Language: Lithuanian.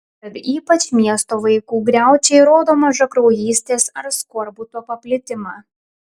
tad ypač miesto vaikų griaučiai rodo mažakraujystės ar skorbuto paplitimą